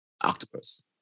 Octopus